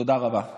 תודה רבה.